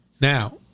Now